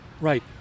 right